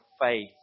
faith